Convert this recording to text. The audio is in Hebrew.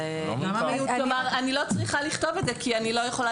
אני לא צריכה לכתוב את זה כי אני לא יכולה